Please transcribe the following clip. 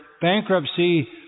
bankruptcy